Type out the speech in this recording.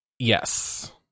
Yes